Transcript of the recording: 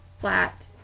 flat